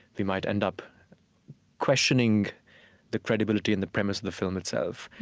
we might end up questioning the credibility and the premise of the film itself,